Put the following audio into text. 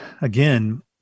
again